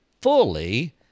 fully